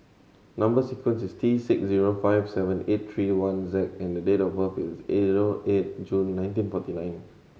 number sequence is T six zero five seven eight three one Z and date of birth is eight June nineteen forty nine